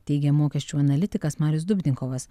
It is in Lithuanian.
teigia mokesčių analitikas marius dubnikovas